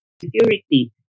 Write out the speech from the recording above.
Security